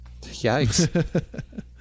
Yikes